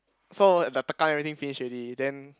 so the tekan everything finish already then